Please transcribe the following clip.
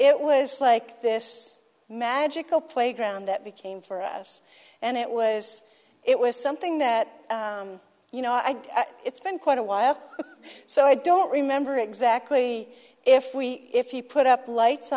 it was like this magical playground that became for us and it was it was something that you know i guess it's been quite a while so i don't remember exactly if we if you put up lights